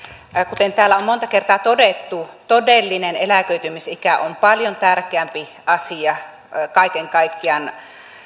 kuten täällä on monta kertaa todettu todellinen eläköitymisikä on paljon tärkeämpi asia kaiken kaikkiaan